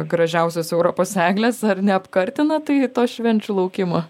gražiausios europos eglės ar neapkartina tai to švenčių laukimo